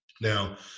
Now